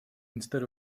instead